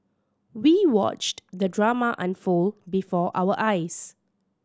we watched the drama unfold before our eyes